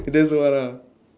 that's the one ah